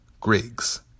Griggs